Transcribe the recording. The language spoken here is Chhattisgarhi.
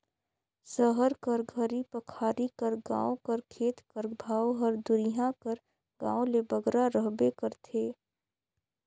सहर कर घरी पखारी कर गाँव कर खेत कर भाव हर दुरिहां कर गाँव ले बगरा रहबे करथे